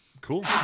Cool